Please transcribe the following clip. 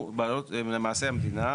הוא באחריות המדינה למעשה,